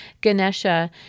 Ganesha